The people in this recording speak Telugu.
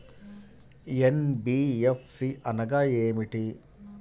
ఎన్.బీ.ఎఫ్.సి అనగా ఏమిటీ?